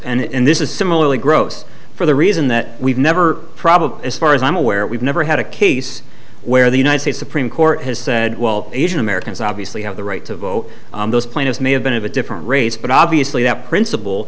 and this is similarly gross for the reason that we've never probably as far as i'm aware we've never had a case where the united states supreme court has said well asian americans obviously have the right to vote those players may have been of a different race but obviously that principle